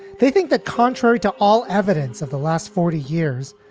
they think that contrary to all evidence of the last forty years,